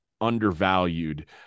undervalued